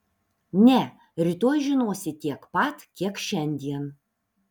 ne rytoj žinosi tiek pat kiek šiandien